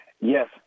Yes